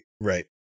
right